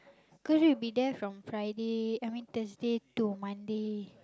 cause we will be there from Friday I mean Thursday to Monday